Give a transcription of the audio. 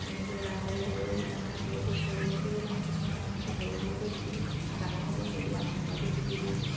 এনেকৈ ওলায় সৰু সৰু মানে সৰু সৰু সৰুতেও মানে কিছুমান মানুহেতো সৰু সৰুকৈ বিকি ডাঙৰ হ'বলৈ নিদিওঁ আৰু সেনেকুৱাকৈয়ে বিকি দিওঁ